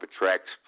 attracts